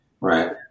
Right